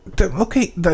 Okay